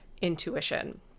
intuition